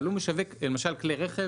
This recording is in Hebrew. אבל הוא משווק למשל כלי רכב